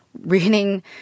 reading